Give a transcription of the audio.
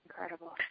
Incredible